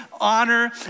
honor